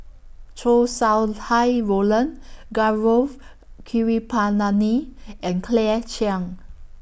Chow Sau Hai Roland Gaurav Kripalani and Claire Chiang